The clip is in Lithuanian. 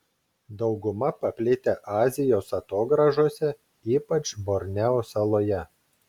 dauguma paplitę azijos atogrąžose ypač borneo saloje